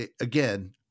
again